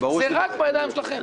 זה רק בידיים שלכם.